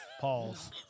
Pause